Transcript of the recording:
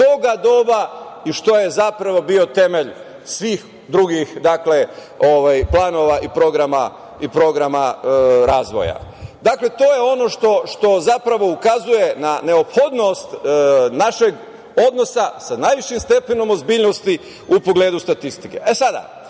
toga doba, i što je zapravo bio temelj svih drugih planova i programa razvoja. Dakle, to je ono što zapravo ukazuje na neophodnost našeg odnosa sa najvišim stepenom ozbiljnosti u pogledu statistike. Sada,